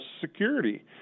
security